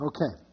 Okay